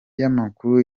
y’amakuru